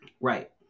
right